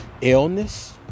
illness